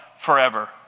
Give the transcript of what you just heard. forever